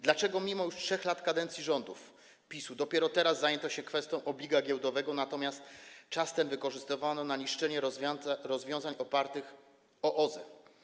Dlaczego mimo już 3 lat kadencji rządu PiS-u dopiero teraz zajęto się kwestią obliga giełdowego, natomiast czas ten wykorzystywano na niszczenie rozwiązań opartych na OZE?